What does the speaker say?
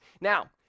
Now